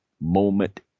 moment